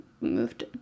moved